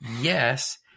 yes –